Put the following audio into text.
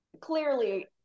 clearly